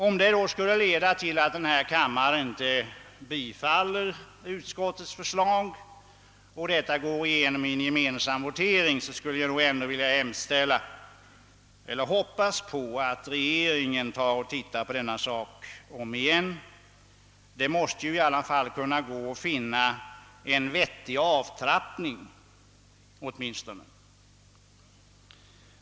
Skulle detta leda till att denna kammare inte bifaller utskottets förslag och detta går igenom i en gemensam votering skulle jag vilja hoppas att regeringen tar denna fråga i betraktande än en gång. Det måste gå att finna ett vettigt sätt för avtrappningen.